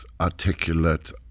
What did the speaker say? articulate